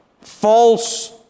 false